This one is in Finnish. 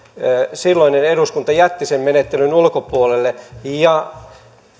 silloinen eduskunta jätti sen menettelyn ulkopuolelle